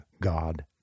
God